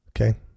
Okay